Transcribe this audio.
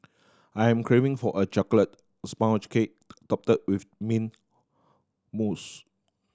I am craving for a chocolate sponge cake topped with mint mousse